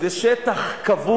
האמת שזה לא כל כך